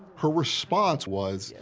her response was.